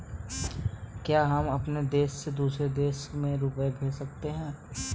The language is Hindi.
क्या हम अपने देश से दूसरे देश में रुपये भेज सकते हैं?